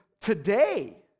today